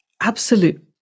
absolute